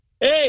Hey